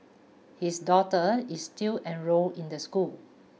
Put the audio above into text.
his daughter is still enrolled in the school